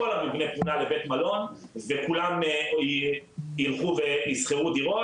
כל המבנה פונה לבית מלון וכולם ילכו וישכרו דירות.